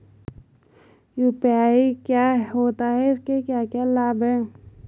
UPI क्या होता है इसके क्या क्या लाभ हैं?